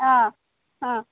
অঁ অঁ